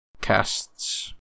Casts